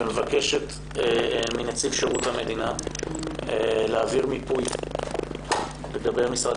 ומבקשת מנציב שירות המדינה לעשות מיפוי לגבי משרדי